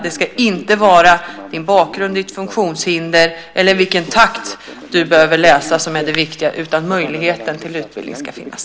Det ska inte vara din bakgrund, ditt funktionshinder eller i vilken takt du behöver läsa som är det viktiga, utan möjligheten till utbildning ska finnas.